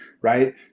right